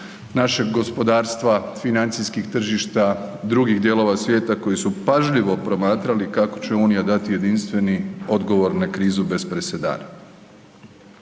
našeg gospodarstva, financijskih tržišta drugih dijelova svijeta koji su pažljivo promatrali kako će Unija dati jedinstveni odgovor na krizu bez presedana.